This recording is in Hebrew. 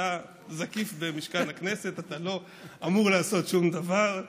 אתה זקיף במשכן הכנסת, אתה לא אמור לעשות שום דבר,